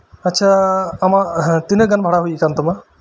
ᱟᱪᱪᱷᱟ ᱟᱢᱟᱜ ᱦᱮᱸ ᱛᱤᱱᱟᱹᱜ ᱜᱟᱱ ᱵᱷᱟᱲᱟ ᱦᱩᱭ ᱠᱟᱱ ᱛᱟᱢᱟ